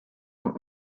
and